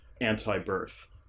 anti-birth